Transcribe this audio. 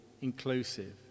inclusive